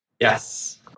Yes